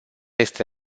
este